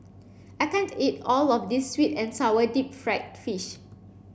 I can't eat all of this sweet and sour deep fried fish